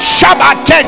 Shabbat